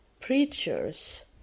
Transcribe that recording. preachers